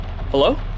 hello